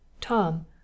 Tom